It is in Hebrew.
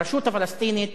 הרשות הפלסטינית